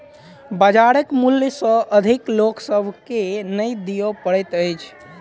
बजारक मूल्य सॅ अधिक लोक सभ के नै दिअ पड़ैत अछि